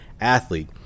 athlete